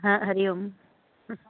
हा हरि ओम